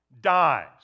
dies